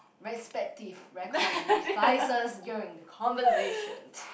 respective recording devices during the conversation